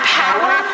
power